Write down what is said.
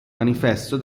manifesto